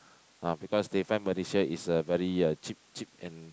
ah because they find Malaysia is a very uh cheap cheap and